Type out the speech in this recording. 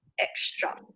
extra